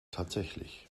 tatsächlich